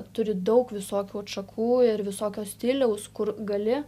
turi daug visokių atšakų ir visokio stiliaus kur gali